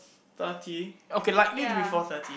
thirty okay likely to be four thirty